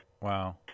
wow